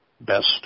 Best